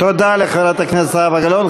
תודה לחברת הכנסת זהבה גלאון.